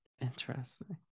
Interesting